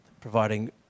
providing